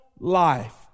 Life